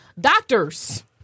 doctors